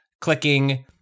clicking